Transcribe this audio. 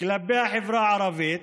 כלפי החברה הערבית,